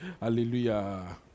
Hallelujah